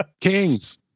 Kings